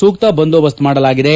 ಸೂಕ್ತ ಬಂದೋಬಸ್ತ ಮಾಡಲಾಗಿದೆ